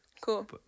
Cool